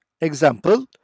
Example